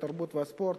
התרבות והספורט.